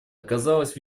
оказалось